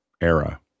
era